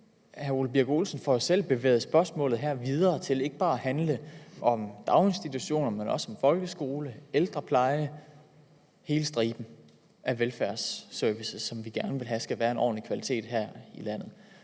hr. Ole Birk Olesen får selv bevæget spørgsmålet videre til ikke bare at handle om daginstitutioner, men også om folkeskolen, ældreplejen og hele striben af velfærdsservices, som vi gerne vil have skal være af en ordentlig kvalitet her i landet.